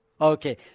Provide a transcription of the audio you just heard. Okay